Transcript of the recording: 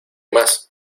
más